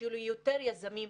שיהיו לי יותר יזמים,